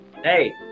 Hey